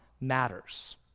matters